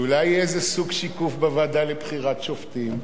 אולי יהיה סוג שיקוף בוועדה לבחירת שופטים?